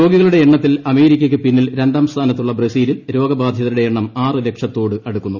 രോഗികളുടെ എണ്ണത്തിൽ അമേരിക്കയ്ക്ക് പിന്നിൽ രണ്ടാം സ്ഥാനത്തുള്ള ബ്രസീലിൽ രോഗബാധിതരുടെ എണ്ണം ആറ് ലക്ഷത്തോടടുക്കുന്നു